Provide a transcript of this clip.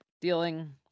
dealing